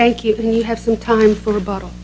thank you then you have some time for a bottle